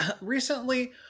recently